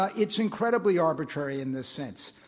ah it's incredibly arbitrary in this sense.